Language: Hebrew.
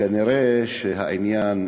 כנראה שהעניין,